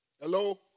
Hello